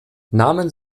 namen